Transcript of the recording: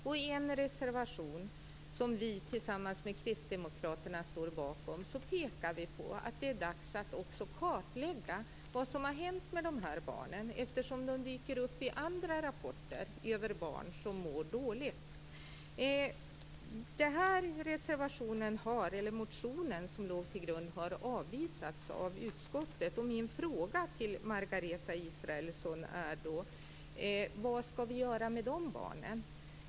Och i en reservation som vi tillsammans med Kristdemokraterna står bakom pekar vi på att det är dags att också kartlägga vad som har hänt med dessa barn, eftersom de dyker upp i andra rapporter över barn som mår dåligt. Den motion som låg till grund för denna reservation har avstyrkts av utskottet. Min fråga till Margareta Israelsson är: Vad skall vi göra med dessa barn?